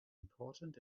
important